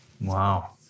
Wow